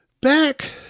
back